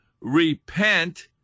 repent